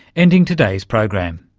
ending today's program.